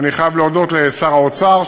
אני חייב להודות לשר האוצר,